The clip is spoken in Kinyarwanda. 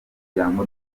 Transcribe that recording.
ijambo